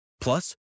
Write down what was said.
Plus